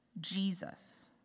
Jesus